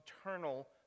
eternal